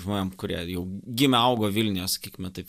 žmonėm kurie jau gimė augo vilniuje sakykime taip